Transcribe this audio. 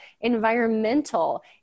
environmental